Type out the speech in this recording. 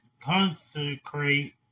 consecrate